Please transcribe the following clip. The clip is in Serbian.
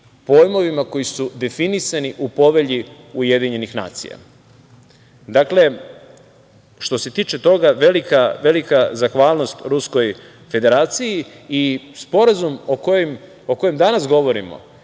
pojmovima koji su definisani u povelji UN. Dakle, što se tiče toga velika zahvalnost Ruskoj Federaciji. Sporazum o kojem danas govorimo